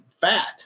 fat